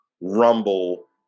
rumble